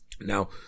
now